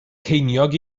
ceiniog